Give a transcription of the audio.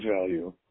value